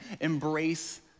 Embrace